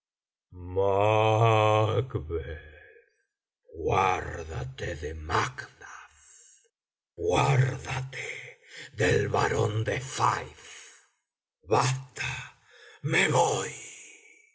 macbeth guárdate de macduff guárdate del barón de fife basta me voy